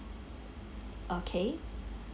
okay